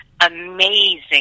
amazing